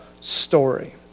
story